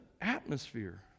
atmosphere